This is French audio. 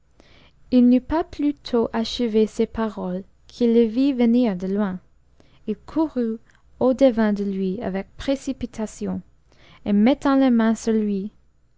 h n'eut pas plus tôt achevé ces paroles qu'il le vit venir de loin il courut au-devant de lui avec précipitation et mettant la main sur u